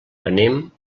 anem